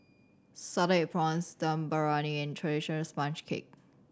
salted egg prawns Dum Briyani and traditional sponge cake